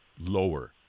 lower